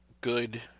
good